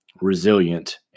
resilient